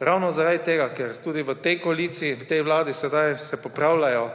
Ravno zaradi tega, ker se v tej koaliciji, v tej vladi sedaj popravlja